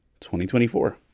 2024